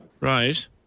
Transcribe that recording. Right